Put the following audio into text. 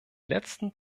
letzten